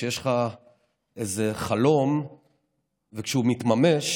כשיש לך איזה חלום וכשהוא מתממש